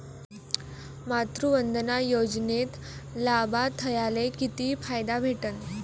मातृवंदना योजनेत लाभार्थ्याले किती फायदा भेटन?